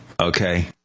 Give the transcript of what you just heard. Okay